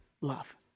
love